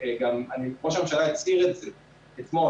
גם ראש הממשלה הצהיר את זה אתמול,